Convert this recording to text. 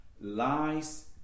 lies